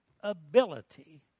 ability